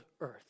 earth